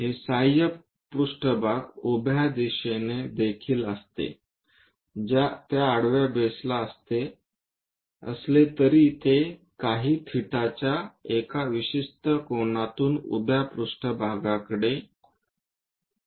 हे सहाय्यक पृष्ठभाग उभ्या दिशेने देखील असते त्या आडवा बेसला असले तरी ते काही थेटाच्या एका विशिष्ट कोनातून उभ्या पृष्ठभागा कडे कललेले असते